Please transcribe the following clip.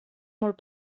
molt